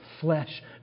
flesh